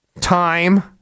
time